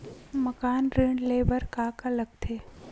मकान ऋण ले बर का का लगथे?